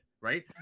right